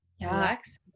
relax